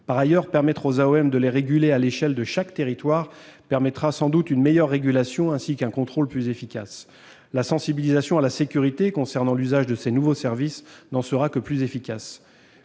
ces acteurs. Permettre aux AOM de réguler ces derniers à l'échelle de chaque territoire garantira, sans doute, une meilleure régulation, ainsi qu'un contrôle plus efficace. La sensibilisation à la sécurité, concernant l'usage de ces nouveaux services, n'en sera que plus efficace.